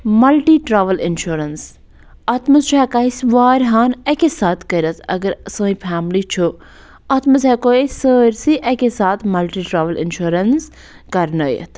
multi travel insurance اَتھ منٛز چھُ ہٮ۪کان أسۍ واریاہَن اَکے ساتہٕ کٔرِتھ اَگر سٲنۍ فیملی چھُ اَتھ منٛز ہٮ۪کَو أسۍ سٲرۍسٕے اَکے ساتہٕ مَلٹی ٹرٛاوٕل اِنشورَنٕس کرنٲیِتھ